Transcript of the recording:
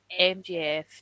MGF